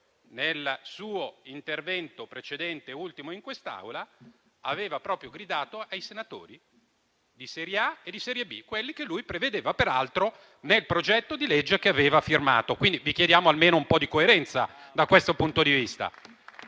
nel suo intervento precedente, l'ultimo in quest'Aula, aveva proprio gridato ai senatori di serie A e di serie B, quelli che lui prevedeva, peraltro, nel progetto di legge che aveva firmato. Vi chiediamo, dunque, almeno un po' di coerenza da questo punto di vista.